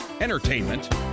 entertainment